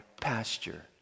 pasture